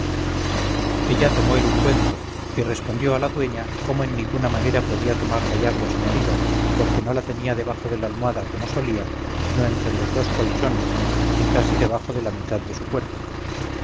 ella tomó el ungüento y respondió a la dueña como en ninguna manera podía tomar la llave a su marido porque no la tenía debajo de la almohada como solía sino entre los dos colchones y casi debajo de la mitad de su cuerpo